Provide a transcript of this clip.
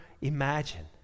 imagine